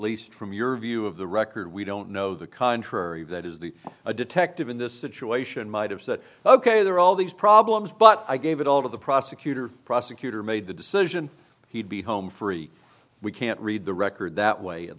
least from your view of the record we don't know the contrary that is the a detective in this situation might have said ok they're all these problems but i gave it all to the prosecutor prosecutor made the decision he'd be home free we can't read the record that way at